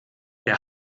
der